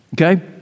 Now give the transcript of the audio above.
Okay